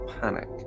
panic